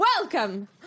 Welcome